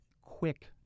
quick